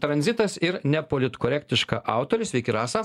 tranzitas ir nepolitkorektiška autorė sveiki rasa